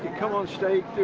come on stage,